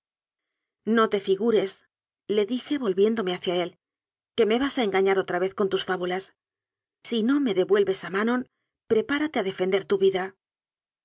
no te figures le dije volviéndome hacia élque me vas a en gañar otra vez con tus fábulas si no me devuel ves a manon prepárate a defender tu vida